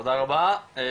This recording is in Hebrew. תודה רבה.